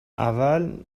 اول